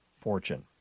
Fortune